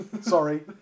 Sorry